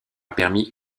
permis